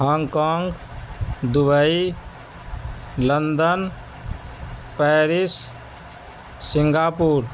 Hong Kong Dubai London Paris سنگا پور